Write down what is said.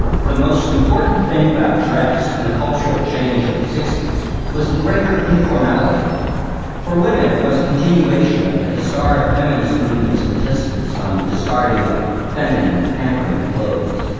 the most important thing about dress in the cultural change of the sixties was the greater informality. for women, it was a continuation of the historic feminist movement's insistence on discarding of feminine, hampering clothes.